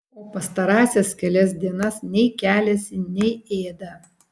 o pastarąsias kelias dienas nei keliasi nei ėda